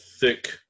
thick